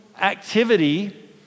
activity